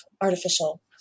artificial